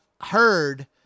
heard